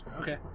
okay